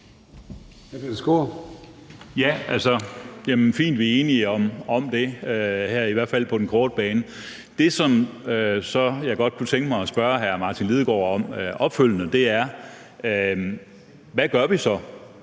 Peter Skaarup (DD): Det er fint, at vi er enige om det, i hvert fald på den korte bane. Det, som jeg så godt kunne tænke mig at spørge hr. Martin Lidegaard om opfølgende, er: Hvad gør vi så